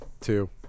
two